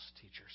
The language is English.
teachers